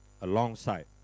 alongside